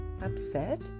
upset